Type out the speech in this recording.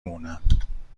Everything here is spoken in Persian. مونم